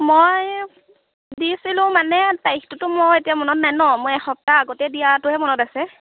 মই দিছিলোঁ মানে তাৰিখটোতো মোৰ এতিয়া মনত নাই ন মই এসপ্তাহ আগতেই দিয়াটোহে মনত আছে